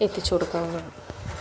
എത്തിച്ചു കൊടുക്കാവുന്നതാണ്